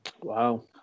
Wow